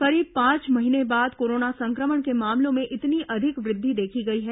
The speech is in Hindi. करीब पांच महीने बाद कोरोना संक्रमण के मामलों में इतनी अधिक वृद्धि देखी गई है